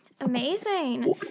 Amazing